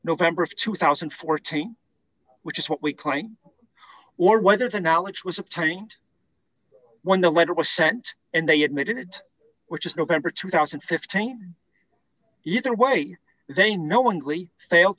november of two thousand and fourteen which is what we claim or whether the knowledge was obtained when the letter was sent and they admitted it which is november two thousand and fifteen either way they knowingly failed